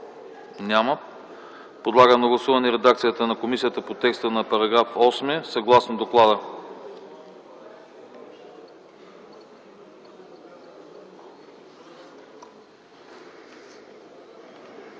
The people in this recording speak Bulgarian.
Няма. Подлагам на гласуване редакцията на комисията за текста на § 5, съгласно доклада.